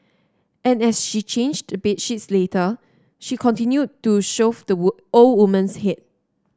and as she changed the bed sheets later she continued to shove the were old woman's head